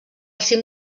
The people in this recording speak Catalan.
cim